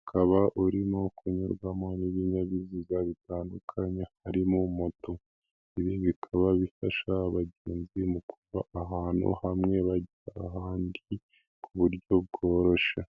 Ukaba urimo kunyurwamo n'ibinyabiziga bitandukanye, harimo moto, ibi bikaba bifasha abagenzi mu kuva ahantu hamwe bajya ahandi ku buryo bworoshye.